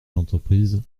l’entreprise